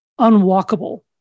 unwalkable